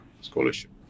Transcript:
scholarship